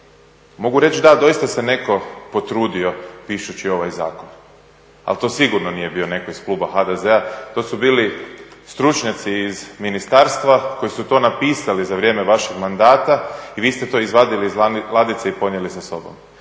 mogu reći da doista se netko potrudio pišući ovaj zakon, ali to sigurno nije bio netko iz kluba HDZ-a, to su bili stručnjaci iz ministarstva koji su to napisali za vrijeme vašeg mandata i vi ste to izvadili iz ladice i ponijeli sa sobom.